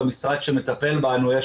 במשרד שמטפל בנו יש